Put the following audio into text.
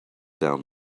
down